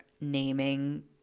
naming